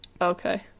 okay